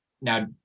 Now